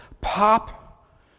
pop